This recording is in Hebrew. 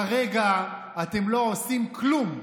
כרגע אתם לא עושים כלום.